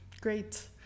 Great